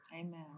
Amen